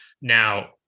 now